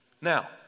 Now